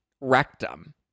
rectum